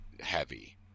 heavy